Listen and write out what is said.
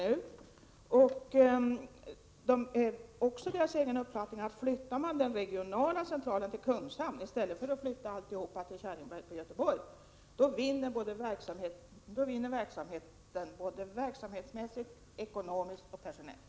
Det är också dess egen uppfattning att om man skulle flytta den regionala centralen till Kungshamn i stället för att flytta alltihop till Kärringberget i Göteborg, så skulle man vinna både verksamhetsmässigt, ekonomiskt och personellt.